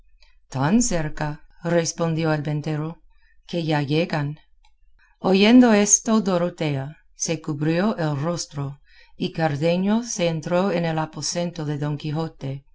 tan cerca respondió el ventero que ya llegan oyendo esto dorotea se cubrió el rostro y cardenio se entró en el aposento de don quijote